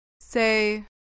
Say